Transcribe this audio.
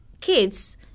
kids